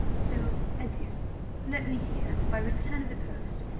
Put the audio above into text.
so adieu let me hear, by return of the post,